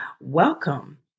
welcome